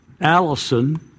Allison